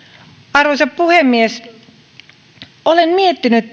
arvoisa puhemies olen miettinyt